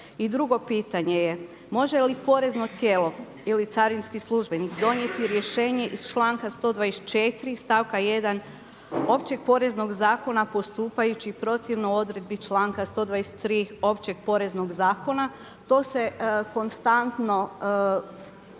I drugo pitanje je može li porezno tijelo ili carinski službenik donijeti rješenje iz članka 124. stavka 1. općeg poreznog zakona postupajući protivno odredbi članka 123. općeg poreznog zakona? To se konstantno dešava